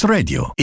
Radio